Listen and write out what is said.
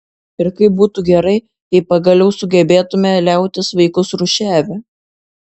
ir kaip būtų gerai jei pagaliau sugebėtume liautis vaikus rūšiavę